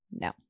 No